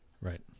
Right